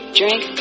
drink